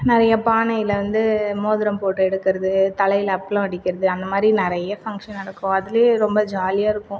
நிறைய பானையில் வந்து மோதிர போட்டு எடுக்குறது தலையில் அப்பளம் அடிக்கிறது அந்த மாதிரி நிறைய ஃபங்க்ஷன் நடக்கும் அதுலுயே ரொம்ப ஜாலியாயிருக்கும்